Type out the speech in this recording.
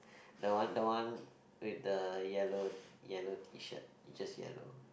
the one the one with the yellow yellow T-shirt it just yellow